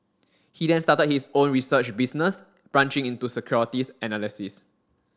he then started his own research business branching into securities analysis